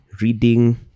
reading